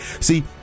see